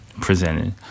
presented